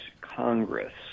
Congress